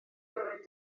gymryd